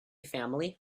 family